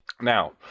Now